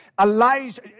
Elijah